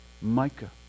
Micah